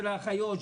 של האחיות,